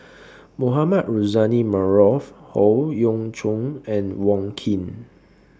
Mohamed Rozani Maarof Howe Yoon Chong and Wong Keen